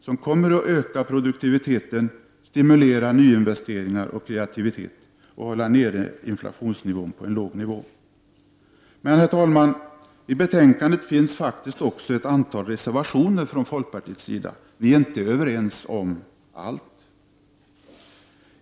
Detta kommer att leda till ökad produktivitet, till att nyinvesteringar och kreativitet stimuleras och till att inflationsnivån kan hållas på en låg nivå. Herr talman! Till betänkandet finns faktiskt också ett antal reservationer från folkpartiets sida — vi är inte överens om allt.